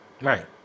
right